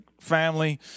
family